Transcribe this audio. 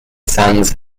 sands